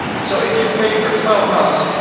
so if you pay for twelve months,